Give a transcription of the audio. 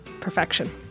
perfection